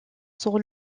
sont